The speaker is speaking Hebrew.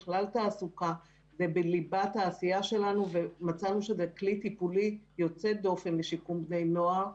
מצאנו שתעסוקה זה כלי טיפולי יוצא דופן לשיקום בני נוער.